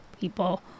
people